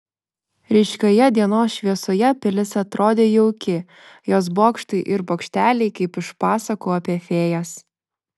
ryškioje dienos šviesoje pilis atrodė jauki jos bokštai ir bokšteliai kaip iš pasakų apie fėjas